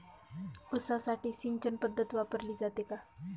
ऊसासाठी सिंचन पद्धत वापरली जाते का?